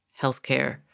healthcare